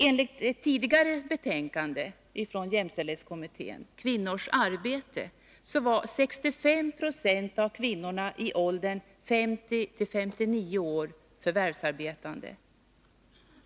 Enligt ett tidigare betänkande från jämställdhetskommittén, Kvinnors arbete, var 65 96 av kvinnorna i åldern 50-59 år förvärvsarbetande.